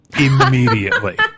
immediately